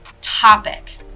topic